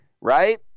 right